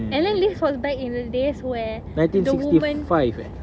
and then this was back in the days where the woman